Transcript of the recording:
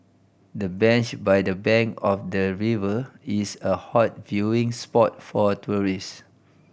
the bench by the bank of the river is a hot viewing spot for tourist